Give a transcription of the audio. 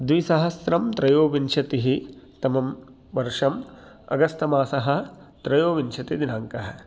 द्विसहस्रं त्रयोविंशतिः तमं वर्षम् अगस्तमासः त्रयोविंशतिदिनाङ्कः